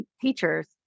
teachers